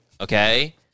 Okay